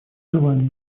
желаем